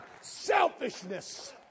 selfishness